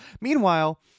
Meanwhile